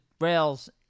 rails